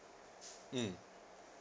mm